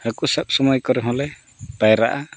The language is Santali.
ᱦᱟᱹᱠᱩ ᱥᱟᱵ ᱥᱚᱢᱚᱭ ᱠᱚᱨᱮ ᱦᱚᱸᱞᱮ ᱯᱟᱭᱨᱟᱜᱼᱟ